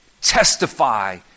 testify